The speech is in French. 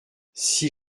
six